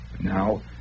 Now